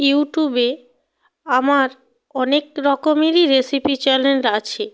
ইউটুবে আমার অনেক রকমেরই রেসিপি চ্যানেল আছে